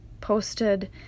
posted